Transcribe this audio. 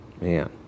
Man